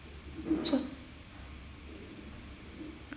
so